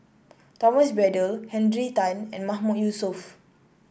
Thomas Braddell Henry Tan and Mahmood Yusof